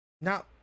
Now